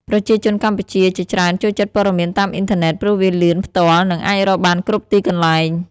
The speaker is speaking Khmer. ប្រជាជនកម្ពុជាជាច្រើនចូលចិត្តព័ត៌មានតាមអ៊ីនធឺណិត ព្រោះវាលឿន ផ្ទាល់ និងអាចរកបានគ្រប់ទីកន្លែង។